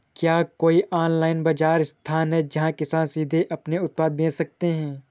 क्या कोई ऑनलाइन बाज़ार स्थान है जहाँ किसान सीधे अपने उत्पाद बेच सकते हैं?